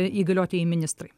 įgaliotieji ministrai